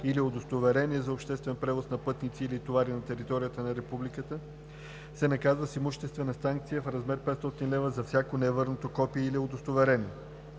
или удостоверение за обществен превоз на пътници или товари на територията на Републиката се наказва с имуществена санкция в размер 500 лв. за всяко невърнато копие или удостоверение.“